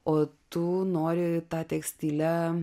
o tu nori tą tekstilę